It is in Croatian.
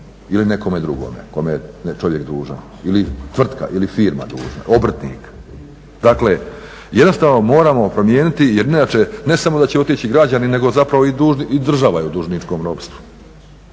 ili nekome drugome kome je čovjek dužan, ili tvrtka ili firma dužna, obrtnika. Dakle, jednostavno moramo promijeniti jer inače ne samo da će otići građani, nego zapravo i država je u dužničkom ropstvu,